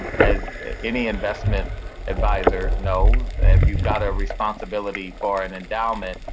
um as any investment advisor knows that if you've got a responsibility for an endowment,